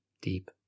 deep